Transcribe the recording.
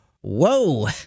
Whoa